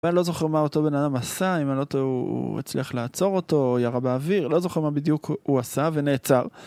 אבל לא זוכר מה אותו בן אדם עשה, אם אני לא טועה הוא הצליח לעצור אותו או ירה באוויר, לא זוכר מה בדיוק הוא עשה ונעצר.